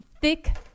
thick